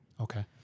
Okay